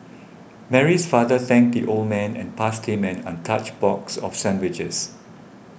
Mary's father thanked the old man and passed him an untouched box of sandwiches